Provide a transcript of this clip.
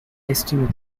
estimate